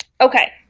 Okay